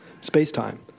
space-time